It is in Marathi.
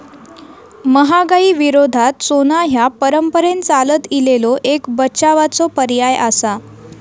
महागाई विरोधात सोना ह्या परंपरेन चालत इलेलो एक बचावाचो पर्याय आसा